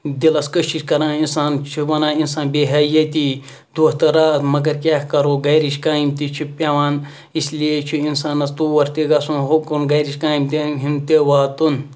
دِلَس کٔشِش کَران اِنسان چھُ وَنان اِنسان بیہہِ ہا ییٚتی دۄہہ تہٕ راتھ مَگَر کیاہ کَرو گَرِچ کامہِ تہِ چھِ پیٚوان اِسلیے چھُ اِنسانَس تور تہِ گَژھُن ہُکُن گَرِچ کامہِ تہِ امہِ ہِن تہِ واتُن